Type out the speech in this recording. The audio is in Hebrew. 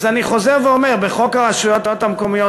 אז אני חוזר ואומר: בחוק הרשויות המקומיות,